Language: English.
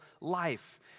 life